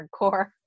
hardcore